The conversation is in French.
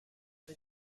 peu